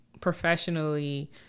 professionally